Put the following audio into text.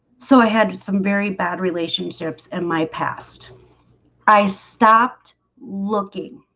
so i had some very bad relationships in my past i stopped looking